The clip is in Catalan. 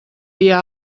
dia